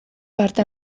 parte